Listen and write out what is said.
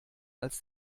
als